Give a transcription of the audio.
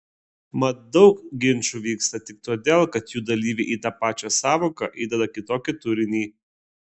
mat daug ginčų vyksta tik todėl kad jų dalyviai į tą pačią sąvoką įdeda kitokį turinį